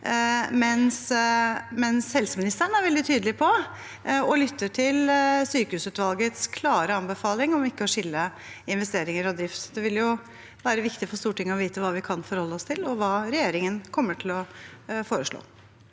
Helseministeren var derimot veldig tydelig på at hun ville lytte til sykehusutvalgets klare anbefaling om ikke å skille investeringer og drift. Det vil jo være viktig for Stortinget å vite hva vi kan forholde oss til, og hva regjeringen kommer til å foreslå.